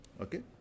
Okay